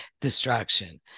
Distraction